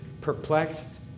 perplexed